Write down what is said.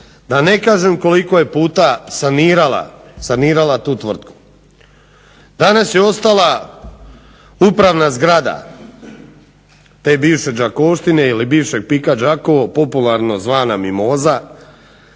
Da ne kažem koliko je puta sanirala tu tvrtku. Danas je ostala upravna zgrada te bivše Đakovštine ili bivšeg PIK Đakovo popularno zvana Mimoza,